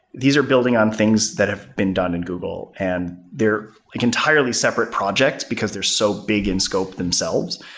these are building on things that have been done in google and they're an entirely separate project, because they're so big in scope themselves.